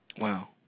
Wow